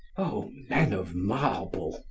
o! men of marble,